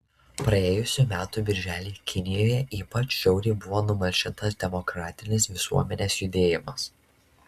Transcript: praėjusių metų birželį kinijoje ypač žiauriai buvo numalšintas demokratinis visuomenės judėjimas